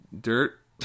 dirt